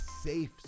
safe